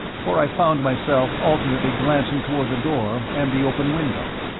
for i found myself alternately glancing toward the door and the open window,